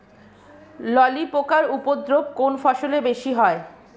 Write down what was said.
ললি পোকার উপদ্রব কোন ফসলে বেশি হয়?